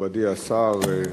מכובדי השר,